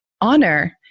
honor